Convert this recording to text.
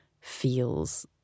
feels